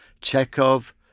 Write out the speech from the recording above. Chekhov